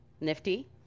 Nifty